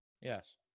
Yes